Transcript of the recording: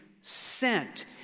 sent